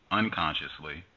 unconsciously